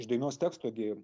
iš dainos teksto gi